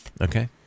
Okay